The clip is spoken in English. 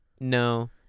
no